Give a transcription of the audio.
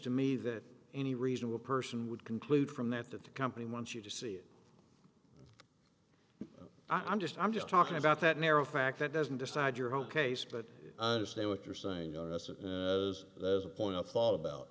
to me that any reasonable person would conclude from that that the company wants you to see it i'm just i'm just talking about that narrow fact that doesn't decide your whole case but i understand what you're saying yes it is there's a point of thought about